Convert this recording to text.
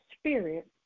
Spirit